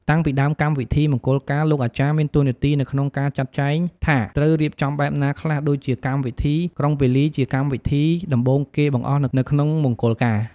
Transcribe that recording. តាំងពីដើមកម្មវិធីមង្គលការលោកអាចារ្យមានតួនាទីនៅក្នុងការចាក់ចែងថាត្រូវរៀបចំបែបណាខ្លះដូចជាកម្មវិធីក្រុងពាលី ជាកម្មវិធីដំបូងគេបង្អស់នៅក្នុងមង្គលការ។